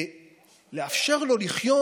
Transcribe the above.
לאפשר לו לחיות